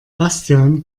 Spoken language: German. bastian